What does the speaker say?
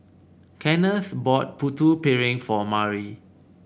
Kenneth bought Putu Piring for Mari